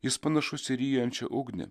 jis panašus į ryjančią ugnį